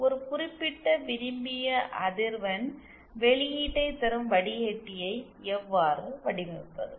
ஒரு குறிப்பிட்ட விரும்பிய அதிர்வெண் வெளியீட்டை தரும் வடிகட்டியை எவ்வாறு வடிவமைப்பது